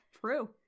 True